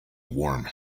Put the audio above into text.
warm